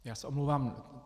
Já se omlouvám.